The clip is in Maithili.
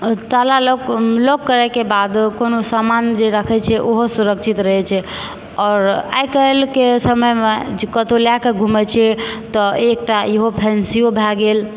आ ताला लॉक लॉक करैके बाद कोनो समान जे राखै छिऐ ओहो सुरक्षित रहै छै आओर आइकाल्हिके समयमे जे कतहुँ लए कऽ घुमै छिऐ तऽ एकटा इहो फैंसीयो भए गेल